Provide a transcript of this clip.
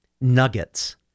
nuggets